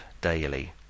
daily